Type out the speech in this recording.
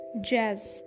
Jazz